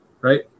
right